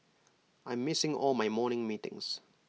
I'm missing all my morning meetings